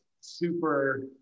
super